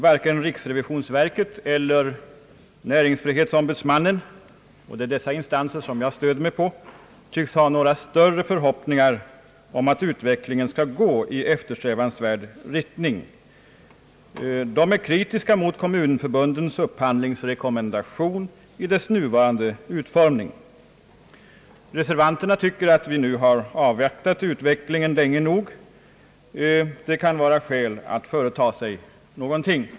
Varken riksrevisionsverket eller näringsfrihetsombudsmannen — och det är dessa instanser som jag stöder mig på — tycks ha några större förhoppningar om att utvecklingen skall gå i eftersträvansvärd riktning. De är kritiska mot kommunförbundens upphandlingsrekommendation i dess nuvarande utformning. Reservanterna tycker att vi nu har avvaktat utvecklingen länge nog. Det kan vara skäl att företaga sig någonting.